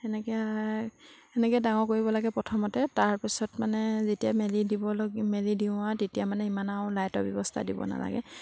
সেনেকৈ সেনেকৈ ডাঙৰ কৰিব লাগে প্ৰথমতে তাৰপিছত মানে যেতিয়া মেলি দিবলগীয়া মেলি দিওঁ আৰু তেতিয়া মানে ইমান আৰু লাইটৰ ব্যৱস্থা দিব নালাগে